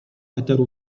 eteru